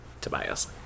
Tobias